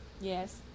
Yes